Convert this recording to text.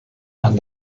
and